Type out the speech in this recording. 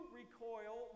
recoil